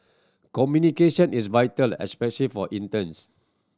communication is vital especially for interns